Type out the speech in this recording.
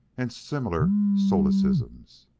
and similar solecisms.